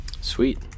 Sweet